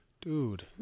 dude